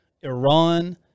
Iran